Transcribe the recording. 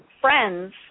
friends